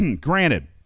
granted